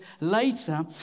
later